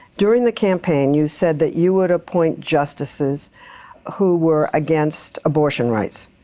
during the campaign you said that you would appoint justices who were against abortion rights.